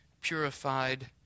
purified